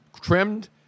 trimmed